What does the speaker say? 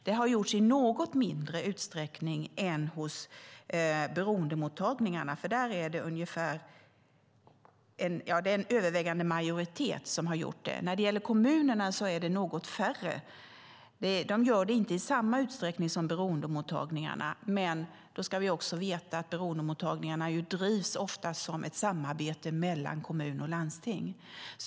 Det har gjorts i något mindre utsträckning än hos beroendemottagningarna, för där är det en övervägande majoritet som har gjort en sådan. När det gäller kommunerna är det något färre. De gör det inte i samma utsträckning som beroendemottagningarna, men då ska vi också veta att beroendemottagningarna oftast drivs som ett samarbete mellan kommun och landsting.